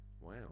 wow